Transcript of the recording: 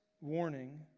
warning